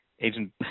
agent